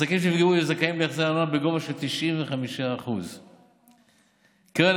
עסקים שנפגעו יהיו זכאים להחזר ארנונה בגובה של 95%. קרן